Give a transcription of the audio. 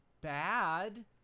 bad